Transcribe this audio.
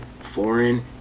foreign